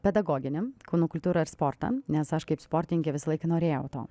pedagoginiam kūno kultūrą ir sportą nes aš kaip sportininkė visą laiką norėjau to